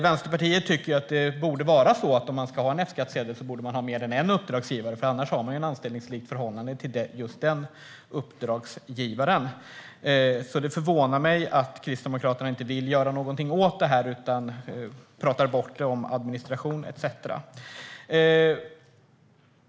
Vänsterpartiet tycker att om man ska ha en F-skattsedel så borde man ha fler än en uppdragsgivare, för annars har man ju ett anställningsliknande förhållande till just den uppdragsgivaren. Det förvånar mig därför att Kristdemokraterna inte vill göra någonting åt detta utan pratar bort det som administration etcetera.